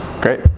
Great